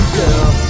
girl